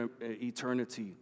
eternity